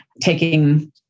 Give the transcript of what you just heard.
taking